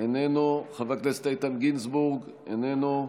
איננו, חבר הכנסת איתן גינזבורג, איננו.